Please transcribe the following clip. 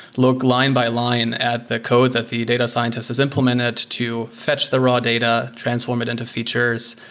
look line by line at the code that the data scientists has implemented to fetch the raw data, transform it into features.